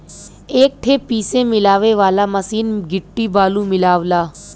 एक ठे पीसे मिलावे वाला मसीन गिट्टी बालू मिलावला